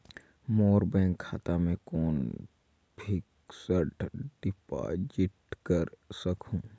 मोर bank खाता मे कौन फिक्स्ड डिपॉजिट कर सकहुं?